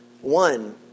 One